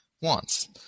wants